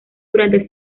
durante